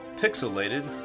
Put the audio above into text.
pixelated